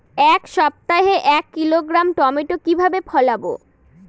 এক সপ্তাহে এক কিলোগ্রাম টমেটো কিভাবে ফলাবো?